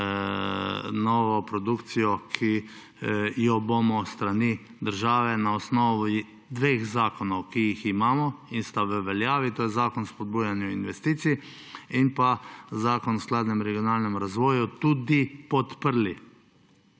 novo produkcijo, ki jo bomo s strani države na osnovi dveh zakonov, ki ju imamo in sta v veljavi, to sta Zakon o spodbujanju investicij in Zakon o spodbujanju skladnega regionalnega razvoja, tudi podprli.